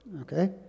Okay